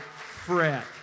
fret